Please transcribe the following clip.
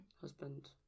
husband